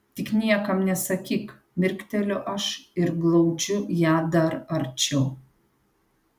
tik niekam nesakyk mirkteliu aš ir glaudžiu ją dar arčiau